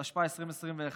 התשפ"א 2021,